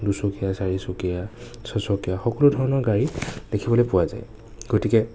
দুচকীয়া চাৰিচকীয়া ছচকীয়া সকলোধৰণৰ গাড়ী দেখিবলৈ পোৱা যায় গতিকে